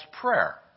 prayer